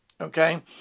Okay